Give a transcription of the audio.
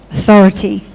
Authority